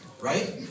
right